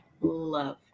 love